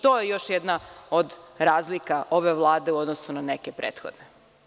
To je još jedna od razlika ove Vlade u odnosu na neke prethodne.